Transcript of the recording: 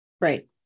Right